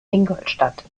ingolstadt